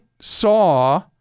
saw